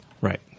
right